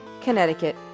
Connecticut